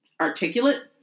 articulate